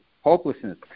hopelessness